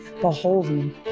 beholden